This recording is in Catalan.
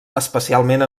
especialment